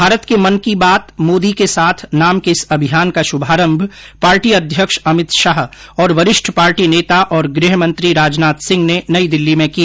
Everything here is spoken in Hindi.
भारत के मन की बात मोदी के साथ नाम के इस अभियान का शुभारम्भ पार्टी अध्यक्ष अमित शाह और वरिष्ठ पार्टी नेता तथा गृहमंत्री राजनाथ सिंह ने नई दिल्ली में किया